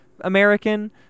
American